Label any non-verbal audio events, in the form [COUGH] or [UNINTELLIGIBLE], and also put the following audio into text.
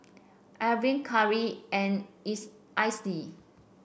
Iver Carri and [UNINTELLIGIBLE] Icey